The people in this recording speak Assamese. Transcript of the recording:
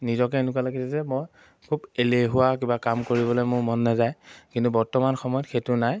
নিজকে এনেকুৱা লাগিছে যে মই খুব এলেহুৱা কিবা কাম কৰিবলৈ মোৰ মন নাযায় কিন্তু বৰ্তমান সময়ত সেইটো নাই